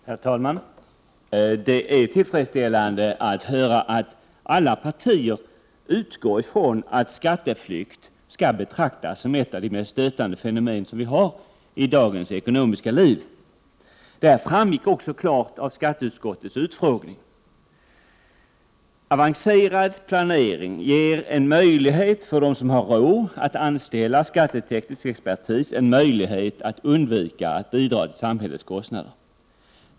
Prot. 1988/89:45 Herr talman! Det är tillfredsställande att höra att alla partier utgår ifrån att 14 december 1988 skatteflykt skall betraktas som ett av de mest stötande fenomen som vi har i ö ,- Reavinstbeskattning av dagens ekonomiska liv. Detta framgick också klart av skatteutskottets 3 z K EE S andelar i handelsbolag, utfrågning. Avancerad planering ger en möjlighet för dem som har råd att än anställa skatteteknisk expertis att undvika att bidra till samhällets kostnader.